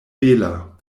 bela